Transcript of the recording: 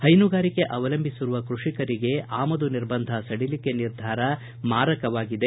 ಹೈನುಗಾರಿಕೆ ಅವಲಂಬಿಸಿರುವ ಕೃಷಿಕರಿಗೆ ಅಮದು ನಿರ್ಬಂಧ ಸಡಲಿಕೆ ನಿರ್ಧಾರ ಮಾರಕವಾಗಿದೆ